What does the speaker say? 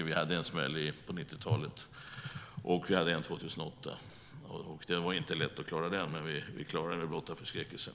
Vi hade en smäll på 90-talet och en 2008. Det var inte lätt att klara av, men vi klarade det med blotta förskräckelsen.